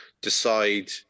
decide